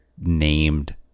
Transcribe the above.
named